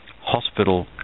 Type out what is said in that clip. hospital